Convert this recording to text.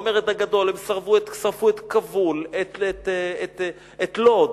במרד הגדול הם שרפו את כבול, את לוד,